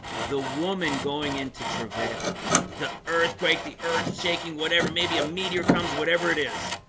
the woman going into travail the earthquake the earth shaking whatever maybe a meteor comes whatever it is